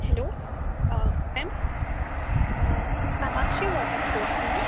hello ma'am Kamakshi water sports न्हू